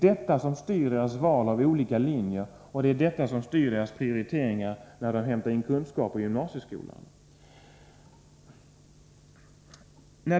Detta styr deras val av olika linjer och deras prioritering när de hämtar in kunskaper i gymnasieskolan.